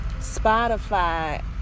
Spotify